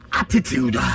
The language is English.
attitude